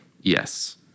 Yes